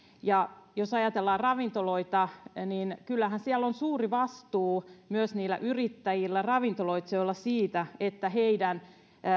ja jos ajatellaan ravintoloita niin kyllähän siellä on suuri vastuu myös niillä yrittäjillä ravintoloitsijalla siitä että heidän